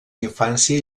infància